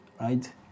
right